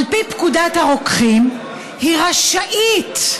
על פי פקודת הרוקחים, היא רשאית,